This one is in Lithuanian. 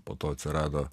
po to atsirado